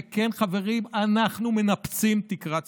וכן, חברים, אנחנו מנפצים תקרת זכוכית.